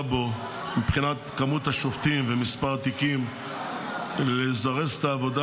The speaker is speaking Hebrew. בו מבחינת מספר השופטים והתיקים לזרז את העבודה